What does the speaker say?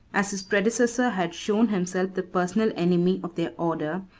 as his predecessor had shown himself the personal enemy of their order,